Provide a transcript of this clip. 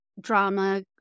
drama